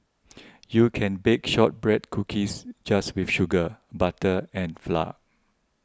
you can bake Shortbread Cookies just with sugar butter and flour